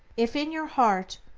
if, in your heart,